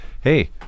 hey